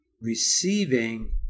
receiving